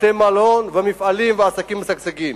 בתי-מלון, מפעלים ועסקים משגשגים.